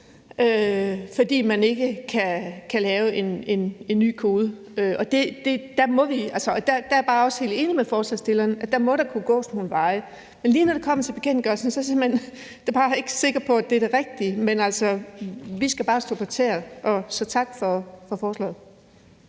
fordi man ikke kan lave en ny kode. Der er jeg også bare helt enig med forslagsstillerne i, at der da må kunne gås nogle veje, men lige når det kommer til bekendtgørelsen, er jeg simpelt hen bare ikke sikker på at det er det rigtige. Men altså, vi skal stå på tæer, så tak for forslaget.